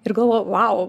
ir galvoju vau